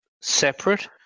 Separate